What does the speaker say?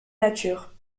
nature